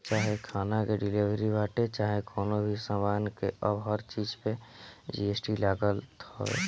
चाहे खाना के डिलीवरी बाटे चाहे कवनो भी सामान के अब हर चीज पे जी.एस.टी लागत हवे